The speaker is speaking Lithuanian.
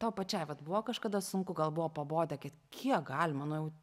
tau pačiai vat buvo kažkada sunku gal buvo pabodę kad kiek galima nu jau